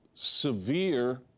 severe